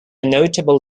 notable